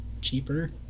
cheaper